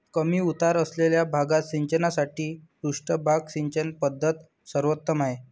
कमी उतार असलेल्या भागात सिंचनासाठी पृष्ठभाग सिंचन पद्धत सर्वोत्तम आहे